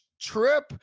trip